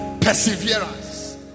perseverance